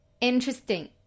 Interesting